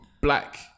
black